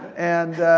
and,